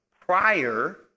prior